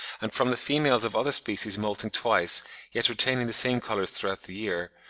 and from the females of other species moulting twice yet retaining the same colours throughout the year,